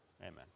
Amen